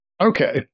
Okay